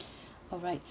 alright